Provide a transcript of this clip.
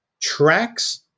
tracks